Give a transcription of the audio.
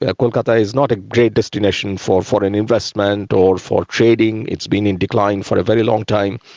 ah kolkata is not a great destination for foreign investment or for trading it's been in decline for a very long time.